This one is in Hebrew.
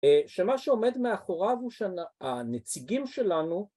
‫שמה שעומד מאחוריו ‫הוא שהנציגים שלנו...